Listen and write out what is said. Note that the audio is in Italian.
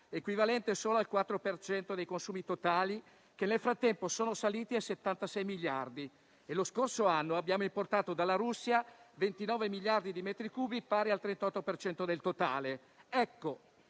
il 4 per cento dei consumi totali, che nel frattempo sono saliti a 76 miliardi, e lo scorso anno abbiamo importato dalla Russia 29 miliardi di metri cubi, pari al 38 per cento